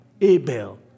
Abel